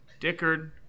Dickard